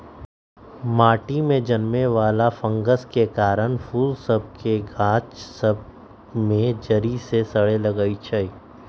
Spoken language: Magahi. माटि में जलमे वला फंगस के कारन फूल सभ के गाछ सभ में जरी सरे लगइ छै